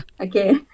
Okay